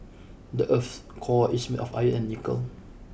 the earth's core is made of iron and nickel